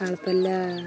ಕಾಳು ಪಲ್ಯ